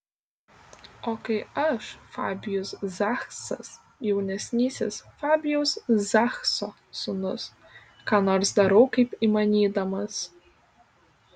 o kai aš fabijus zachsas jaunesnysis fabijaus zachso sūnus ką nors darau kaip įmanydamas